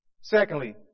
Secondly